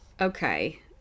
Okay